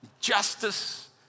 justice